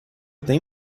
tem